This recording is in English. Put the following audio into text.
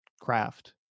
craft